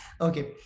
Okay